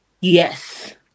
Yes